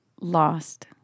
lost